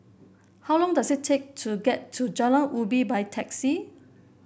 how long does it take to get to Jalan Ubi by taxi